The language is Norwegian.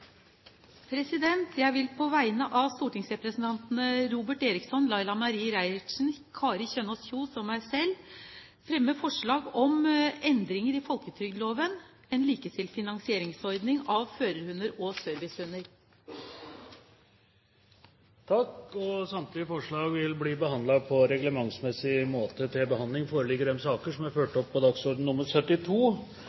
Jeg vil på vegne av representantene Robert Eriksson, Laila Marie Reiertsen, Kari Kjønaas Kjos og meg selv fremme forslag om endringer i folketrygdloven Samtlige forslag vil bli behandlet på reglementsmessig måte. Stortinget mottok mandag meddelelse fra Statsministerens kontor om at følgende statsråder møter til